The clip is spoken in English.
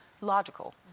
logical